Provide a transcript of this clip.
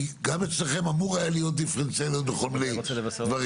כי גם אצלכם אמור היה להיות דיפרנציאליות בכל מיני דברים.